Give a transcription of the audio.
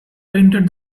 painted